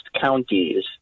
counties